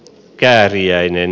kääriäinen